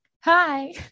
hi